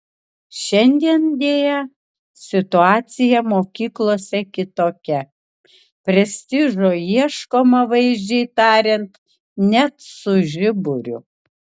šiandien deja situacija mokyklose kitokia prestižo ieškoma vaizdžiai tariant net su žiburiu